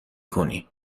کنی